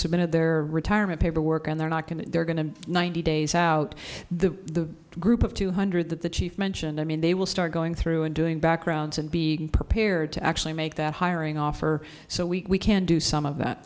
submitted their retirement paperwork and they're not going to they're going to be ninety days out the group of two hundred that the chief mentioned i mean they will start going through and doing backgrounds and be prepared to actually make that hiring offer so we can do some of that